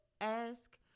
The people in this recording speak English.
ask